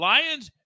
Lions